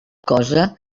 cosa